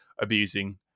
abusing